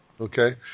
Okay